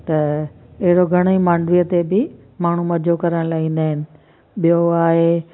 त अहिड़ो घणेई मांडवीअ ते बि माण्हू मज़ो करण लाइ ईंदा आहिनि ॿियो आहे